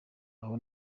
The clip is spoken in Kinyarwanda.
aho